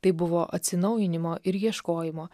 tai buvo atsinaujinimo ir ieškojimo